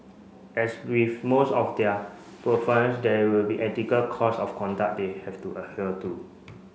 as with most of their there will be ethical codes of conduct they have to adhere to